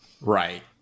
Right